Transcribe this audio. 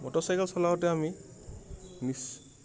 motorcycle চলাওঁতে আমি মছ